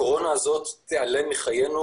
הקורונה הזאת תיעלם מחיינו,